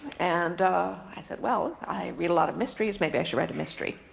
and i said, well, i read a lot of mysteries, maybe i should write a mystery.